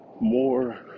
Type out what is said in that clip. more